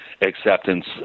acceptance